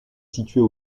située